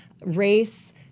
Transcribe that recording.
race